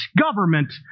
government